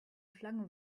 flung